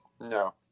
No